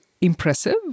impressive